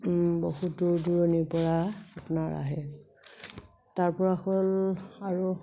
বহুত দূৰ দূৰণিৰ পৰা আপোনাৰ আহে তাৰ পৰা হ'ল আৰু